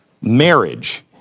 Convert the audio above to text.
marriage